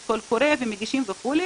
יש קול קורא ומגישים וכו',